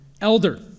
elder